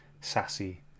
sassy